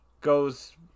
goes